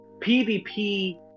PvP